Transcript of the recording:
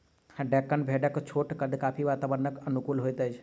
डेक्कन भेड़क छोट कद काठी वातावरणक अनुकूल होइत अछि